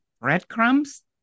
breadcrumbs